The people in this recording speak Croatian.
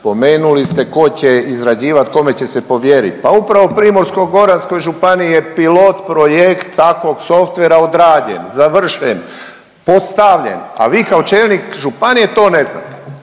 spomenuli ste tko će izrađivati, kome će se povjeriti, pa upravo u Primorsko-goranskoj županiji je pilot projekt takvog softvera odrađen, završen, postavljen, a vi kao čelnik županije to ne znate.